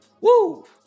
Woo